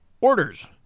Orders